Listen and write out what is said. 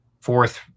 fourth